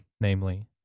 Namely